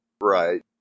Right